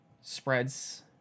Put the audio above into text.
spreads